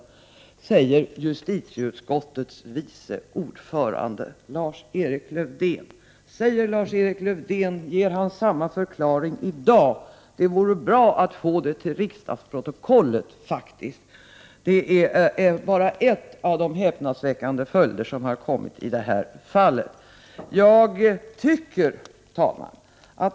Så säger justitieutskottets vice ordförande Lars-Erik Lövdén! Ger Lars-Erik Lövdén samma förklaring i dag? Det vore faktiskt bra att få det fört till riksdagsprotokollet i så fall. Detta är bara ett av de häpnadsväckande resultaten av detta ärende. Herr talman!